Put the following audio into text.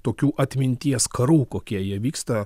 tokių atminties karų kokie jie vyksta